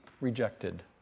rejected